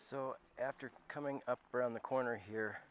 so after coming up around the corner here